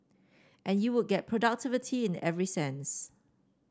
and you would get productivity in every sense